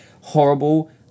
Horrible